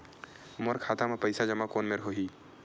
मोर खाता मा पईसा जमा कोन मेर होही?